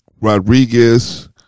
Rodriguez